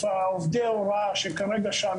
עובדי ההוראה שכרגע שם,